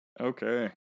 Okay